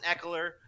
Eckler